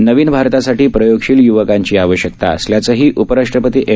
नवीन भारतासाठी प्रयोगशील युवकांची आवश्यकता असल्याचंही उपराष्ट्रपती एम